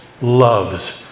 loves